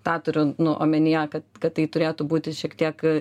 tą turiu nu omenyje kad kad tai turėtų būti šiek tiek